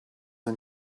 and